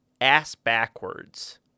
Ass-backwards